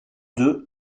deux